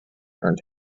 earned